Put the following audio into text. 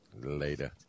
Later